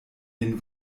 den